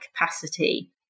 capacity